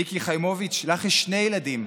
מיקי חיימוביץ', לך יש שני ילדים.